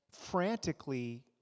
frantically